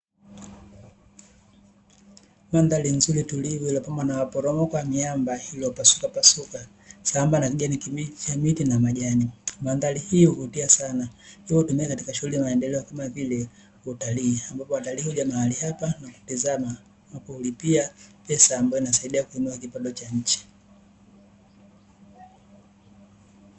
Mandhari nzuri tulivu, iliyopambwa na maporomoko ya miamba iliyopasukapasuka. Sambamba na kijanikibichi, miti na majani. Mandhari hiyo huvutia sana. Hilo linatumiwa katika shughuli za maendeleo, kama vile utalii. Hapo utalii huja mahali hapa kutizama na kulipia pesa ambayo inasaidia kuinua kipato cha nchi.